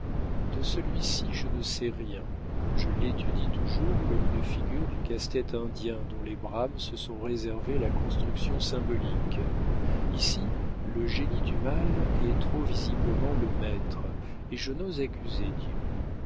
de celui-ci je ne sais rien je l'étudie toujours comme une figure du casse-tête indien dont les brames se sont réservé la construction symbolique ici le génie du mal est trop visiblement le maître et je n'ose accuser dieu